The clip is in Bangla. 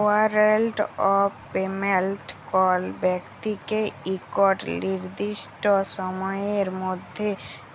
ওয়ারেল্ট অফ পেমেল্ট কল ব্যক্তিকে ইকট লিরদিসট সময়ের মধ্যে